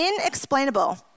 inexplainable